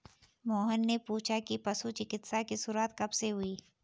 मोहन ने पूछा कि पशु चिकित्सा की शुरूआत कब से हुई?